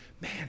man